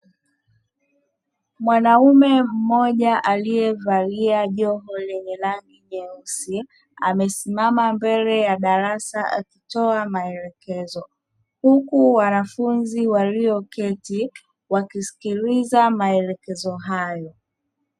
Mwanaume mmoja aliyevalia joho lenye rangi nyeusi amesimama mbele ya darasa, akitoa maelekezo huku wanafunzi walioketi wakisikiliza maelekezo hayo.